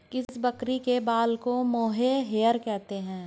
किस बकरी के बाल को मोहेयर कहते हैं?